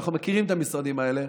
ואנחנו מכירים את המשרדים האלה,